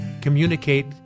communicate